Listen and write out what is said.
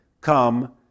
Come